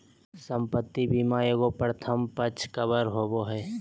संपत्ति बीमा एगो प्रथम पक्ष कवर होबो हइ